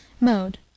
Mode